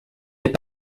est